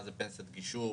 מה זה פנסיית גישור?